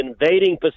invading